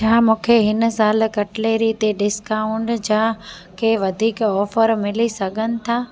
छा मूंखे हिन साल कटलरी ते डिस्काऊंट जा के वधीक ऑफर मिली सघनि था